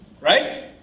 right